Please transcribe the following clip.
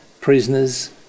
prisoners